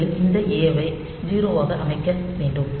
முதலில் இந்த A ஐ 0 ஆக அமைக்க வேண்டும்